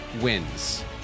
wins